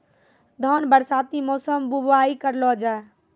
धान बरसाती मौसम बुवाई करलो जा?